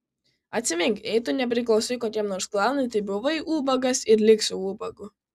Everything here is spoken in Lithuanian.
atsimink jei tu nepriklausai kokiam nors klanui tai buvai ubagas ir liksi ubagu